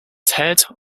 ted